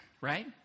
right